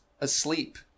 asleep